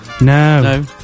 no